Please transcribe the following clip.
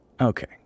Okay